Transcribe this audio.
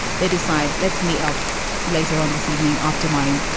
they decide, let's meet up later on this evening after my.